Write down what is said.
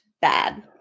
bad